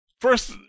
first